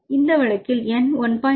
எனவே இந்த வழக்கில் N 1